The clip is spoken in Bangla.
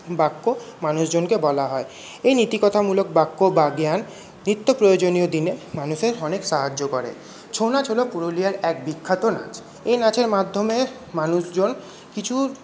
বাক্য মানুষজনকে বলা হয় এই নীতিকথামূলক বাক্য বা জ্ঞান নিত্য প্রয়োজনীয় দিনে মানুষের অনেক সাহায্য করে ছৌ নাচ হলো পুরুলিয়ার এক বিখ্যাত নাচ এই নাচের মাধ্যমে মানুষজন কিছু